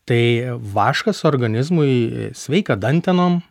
tai vaškas organizmui sveika dantenom